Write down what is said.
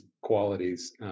qualities